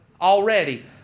already